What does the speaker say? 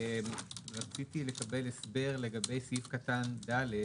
רציתי לקבל הסבר לגבי סעיף קטן (ד)